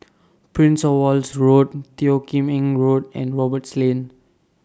Prince of Wales Road Teo Kim Eng Road and Roberts Lane